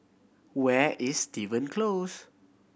where is Steven Close